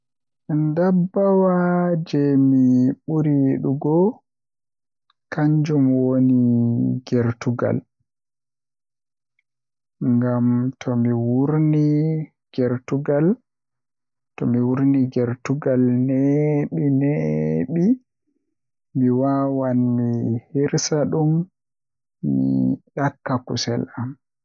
Ndabbawa jei mi buri yidugo kanjum woni gertugal ngam tomi wurni gertugam neebi-neebi mi wawan mi hirsa dum mi iyakka kusel am